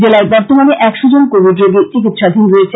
জেলায় বর্তমানে একশ জন কোবিড রোগী চিকিৎসাধীন রয়েছেন